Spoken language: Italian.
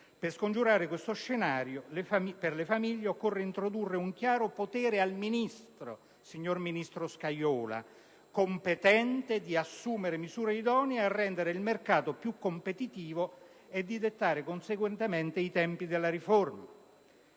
Per scongiurare questo scenario per le famiglie, occorre attribuire un chiaro potere al Ministro competente di assumere misure idonee a rendere il mercato più competitivo e di dettare conseguentemente i tempi della riforma.